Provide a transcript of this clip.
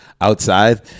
outside